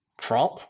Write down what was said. Trump